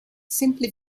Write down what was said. simply